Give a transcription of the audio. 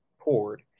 poured